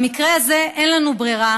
במקרה הזה אין לנו ברירה.